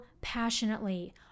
passionately